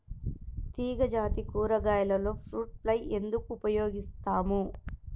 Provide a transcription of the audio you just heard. తీగజాతి కూరగాయలలో fruit fly ఎందుకు ఉపయోగిస్తాము?